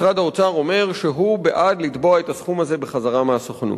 ומשרד האוצר אומר שהוא בעד לתבוע את הסכום הזה בחזרה מהסוכנות.